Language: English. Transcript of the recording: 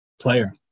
player